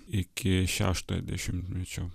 iki šeštojo dešimtmečio